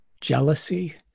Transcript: jealousy